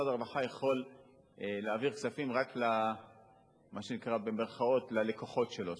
משרד הרווחה יכול להעביר כספים רק למה שנקרא ה"לקוחות" שלו,